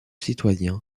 citoyen